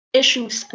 issues